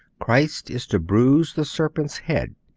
christ is to bruise the serpent's head.